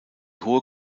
hohe